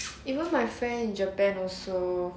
even my friend in japan also